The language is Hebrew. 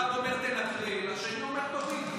"תוריד אותו".